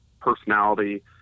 personality